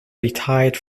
retired